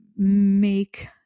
make